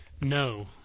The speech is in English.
No